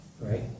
right